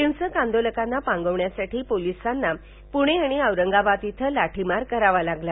हिंसक आंदोलकांना पांववण्यासाठी पोलिसांना पुणे आणि औरंगाबाद इथे लाठिमार करावा लागला